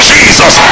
Jesus